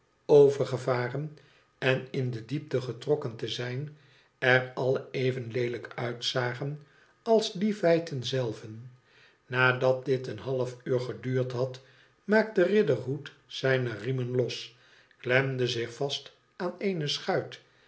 overgevaren en in de diepte getrokken te zijn er alle even leelijk uitzagen als die feiten zelven nadat dit een half uur geduurd had maakte riderhood zijne riemen los klemde zich vast aan eene schuit